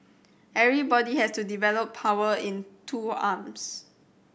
everybody has to develop power in two arms